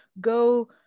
go